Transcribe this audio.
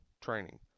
training